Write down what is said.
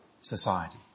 society